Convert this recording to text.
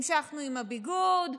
המשכנו עם הביגוד,